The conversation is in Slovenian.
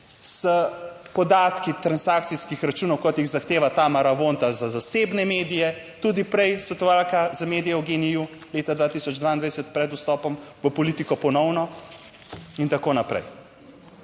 s podatki transakcijskih računov kot jih zahteva Tamara Vonta za zasebne medije - tudi prej svetovalka za medije v GEN-I leta 2022, pred vstopom v politiko ponovno in tako naprej.